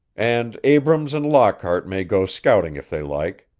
and abrams and lockhart may go scouting if they like.